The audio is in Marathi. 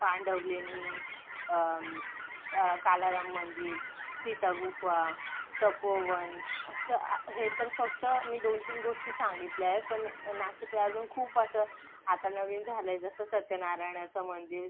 पांडव लेणी कालाराम मंदिर सीतागुफा तपोवन असं आ हे तर फक्त मी दोनतीन गोष्टी सांगितल्या आहे पण नाशिकला अजून खूप असं आता नवीन झालंय जसं सत्यनारायणाचं मंदिर